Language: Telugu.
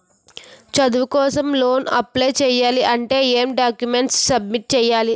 చదువు కోసం లోన్ అప్లయ్ చేయాలి అంటే ఎం డాక్యుమెంట్స్ సబ్మిట్ చేయాలి?